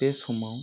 बे समाव